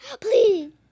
Please